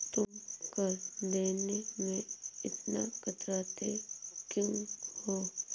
तुम कर देने में इतना कतराते क्यूँ हो?